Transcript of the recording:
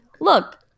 look